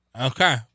Okay